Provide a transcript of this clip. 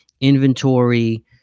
inventory